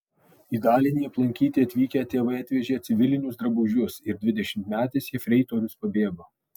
į dalinį aplankyti atvykę tėvai atvežė civilinius drabužius ir dvidešimtmetis jefreitorius pabėgo